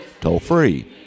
toll-free